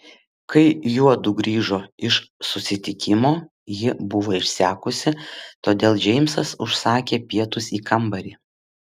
kai juodu grįžo iš susitikimo ji buvo išsekusi todėl džeimsas užsakė pietus į kambarį